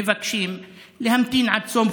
מבקשים להמתין עד סוף